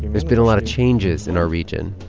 there's been a lot of changes in our region,